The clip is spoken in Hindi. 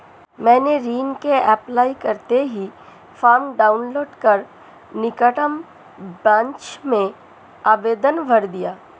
मैंने ऋण के अप्लाई करते ही फार्म डाऊनलोड कर निकटम ब्रांच में आवेदन भर दिया